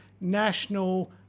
national